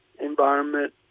environment